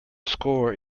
score